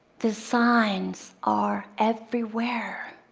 the signs are everywhere.